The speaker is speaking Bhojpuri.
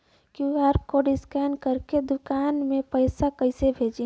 क्यू.आर कोड स्कैन करके दुकान में पैसा कइसे भेजी?